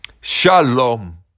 Shalom